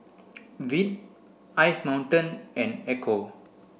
Veet Ice Mountain and Ecco